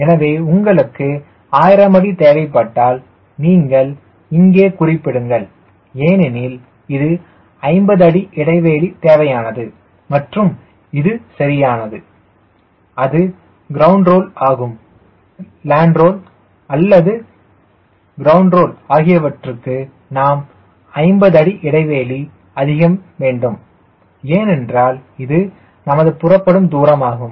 எனவே உங்களுக்கு 1000 அடி தேவைப்பட்டால் நீங்கள் இங்கே குறிப்பிடுங்கள் ஏனெனில் இது 50 அடி இடைவெளி தேவையானது மற்றும் இது சரியானது அது கிரவுண்ட் ரோலு ஆகும் லேண்ட் ரோல் அல்லது கிரவுண்ட் ரோல் ஆகியவற்றுக்கு நாம் 50 அடி விட இடைவெளி அதிகம் வேண்டும் ஏனென்றால் இது நமது புறப்படும் தூரமாகும்